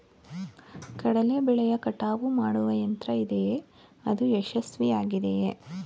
ಕಡಲೆ ಬೆಳೆಯ ಕಟಾವು ಮಾಡುವ ಯಂತ್ರ ಇದೆಯೇ? ಅದು ಯಶಸ್ವಿಯಾಗಿದೆಯೇ?